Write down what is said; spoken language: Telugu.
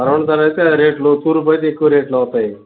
పడమట దారైతే రేట్లు తూర్పయితే ఎక్కువ రేట్లవుతాయ